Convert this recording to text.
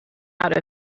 out